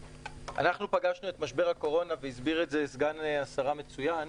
אנחנו פגשנו את משבר הקורונה והסביר את זה סגן השרה מצוין.